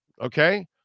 okay